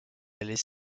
allaient